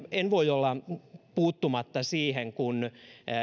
en voi olla puuttumatta siihen kun